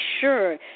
sure